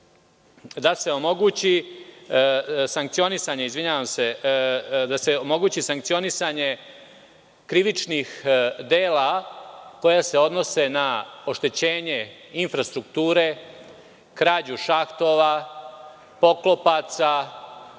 da se omogući sankcionisanje krivičnih dela koja se odnose na oštećenje infrastrukture, krađu šahtova, poklopaca,